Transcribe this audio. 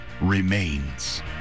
remains